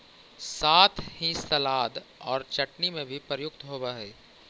साथ ही सलाद और चटनी में भी प्रयुक्त होवअ हई